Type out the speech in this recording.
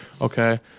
Okay